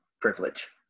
privilege